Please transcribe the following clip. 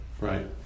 Right